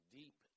deep